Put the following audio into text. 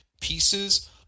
pieces